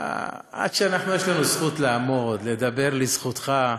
עד שיש לנו זכות לעמוד לדבר לזכותך,